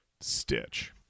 stitch